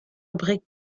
brique